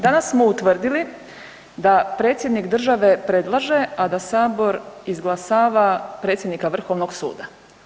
Danas smo utvrdili da predsjednik države predlaže, a da Sabor izglasava predsjednika Vrhovnog suda.